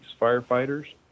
firefighters